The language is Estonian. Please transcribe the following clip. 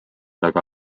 taga